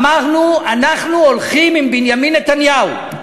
אמרנו: אנחנו הולכים עם בנימין נתניהו.